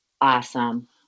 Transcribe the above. Awesome